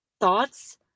thoughts